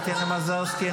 טטיאנה מזרסקי,